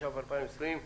התש"ף 2020,